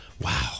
Wow